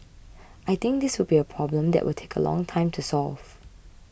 I think this will be a problem that will take a long time to solve